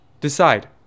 Decide